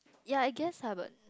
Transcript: ya I guess lah but